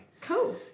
cool